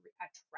attract